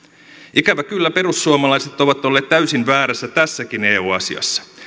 ikävä kyllä perussuomalaiset ovat olleet täysin väärässä tässäkin eu asiassa